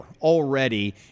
already